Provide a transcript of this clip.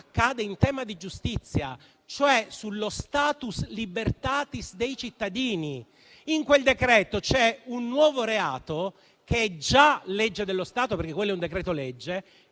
accade in tema di giustizia, cioè sullo *status libertatis* dei cittadini. In quel decreto-legge c'è un nuovo reato - è già legge dello Stato perché quello è un decreto-legge